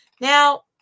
Now